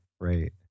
right